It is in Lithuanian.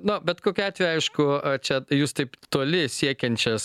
na bet kokiu atveju aišku čia jūs taip toli siekiančias